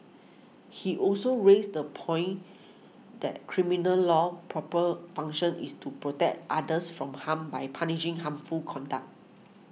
he also raised the point that criminal law's proper function is to protect others from harm by punishing harmful conduct